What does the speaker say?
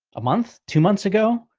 a month, two months ago.